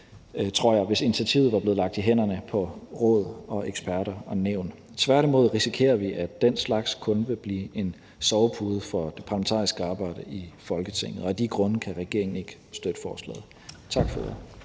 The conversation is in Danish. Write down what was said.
år, hvis initiativet var blevet lagt i hænderne på råd, eksperter og nævn. Tværtimod risikerer vi, at den slags kun vil blive en sovepude for det parlamentariske arbejde i Folketinget. Af de grunde kan regeringen ikke støtte forslaget. Tak for ordet.